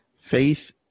Faith